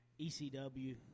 ECW